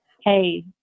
Hey